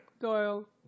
Doyle